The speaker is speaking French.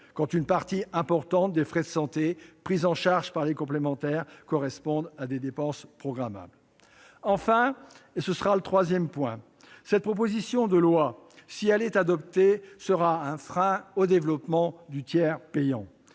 quand une partie importante des frais de santé pris en charge par les complémentaires correspondent à des dépenses programmables. Troisièmement, et enfin, cette proposition de loi, si elle est adoptée, sera un frein au développement du tiers payant.